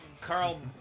Carl